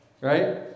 right